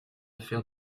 faire